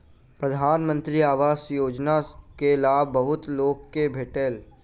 प्रधानमंत्री आवास योजना के लाभ बहुत लोक के भेटल